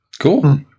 Cool